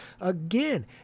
Again